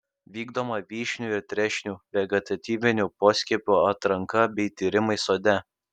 vykdoma vyšnių ir trešnių vegetatyvinių poskiepių atranka bei tyrimai sode